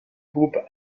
groupe